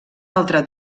altre